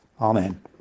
Amen